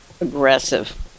aggressive